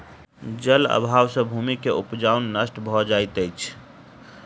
जल अभाव सॅ भूमि के उपजाऊपन नष्ट भ जाइत अछि